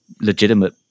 legitimate